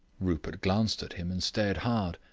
rupert glanced at him and stared hard.